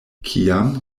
kiam